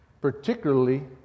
particularly